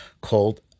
called